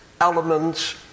elements